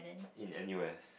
in N_U_S